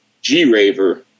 G-Raver